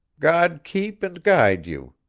god keep and guide you.